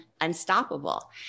unstoppable